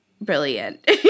brilliant